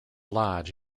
lodge